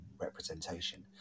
representation